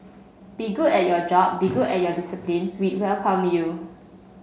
be good at your job be good at your discipline we'd welcome you